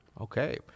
Okay